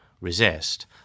resist